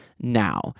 now